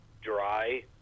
dry